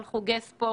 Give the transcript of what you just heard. אבל חוגי ספורט,